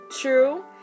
true